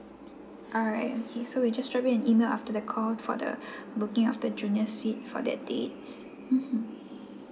alright okay so we just drop you an email after the call for the booking of the junior suite for that dates mmhmm